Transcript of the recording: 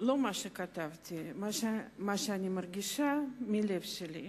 לא מה שכתבתי, מה שאני מרגישה, מהלב שלי.